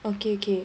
okay okay